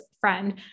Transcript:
friend